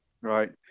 right